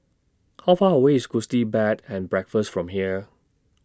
How Far away IS Gusti Bed and Breakfast from here